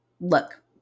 look